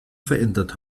verändert